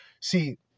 see